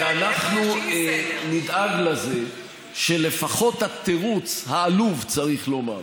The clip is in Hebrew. ואנחנו נדאג לזה שלפחות התירוץ, העלוב, צריך לומר,